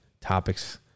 topics